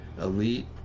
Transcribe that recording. elite